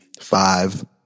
five